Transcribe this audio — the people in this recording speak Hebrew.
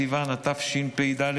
בסיוון התשפ"ד,